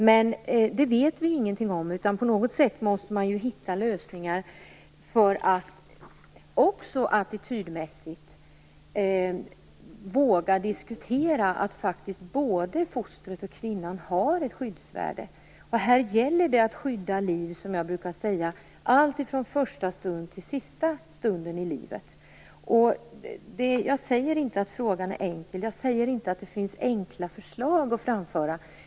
Men det vet vi ingenting om, utan på något sätt måste man hitta lösningar för att också attitydmässigt våga diskutera att både fostret och kvinnan har ett skyddsvärde. Här gäller det att skydda liv, som jag brukar säga, alltifrån första stunden till sista stunden i livet. Jag säger inte att frågan är enkel. Jag säger inte att det finns enkla förslag att framföra.